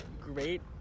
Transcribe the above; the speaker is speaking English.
Great